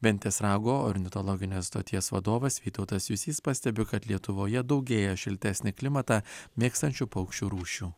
ventės rago ornitologinės stoties vadovas vytautas jusys pastebi kad lietuvoje daugėja šiltesnį klimatą mėgstančių paukščių rūšių